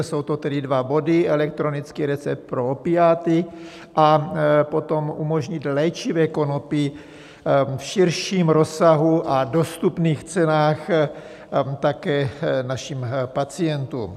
Jsou to tedy dva body, elektronický recept pro opiáty a potom umožnit léčivé konopí v širším rozsahu a dostupných cenách také našim pacientům.